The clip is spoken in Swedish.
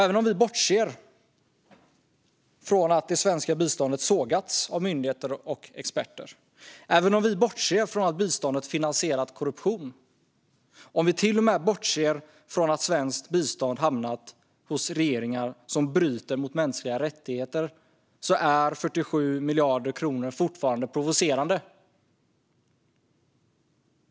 Även om vi bortser från att det svenska biståndet sågats av myndigheter och experter, även om vi bortser från att biståndet finansierat korruption och även om vi till och med bortser från att svenskt bistånd hamnat hos regeringar som bryter mot mänskliga rättigheter är 47 miljarder kronor fortfarande provocerande.